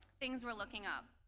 things were looking up.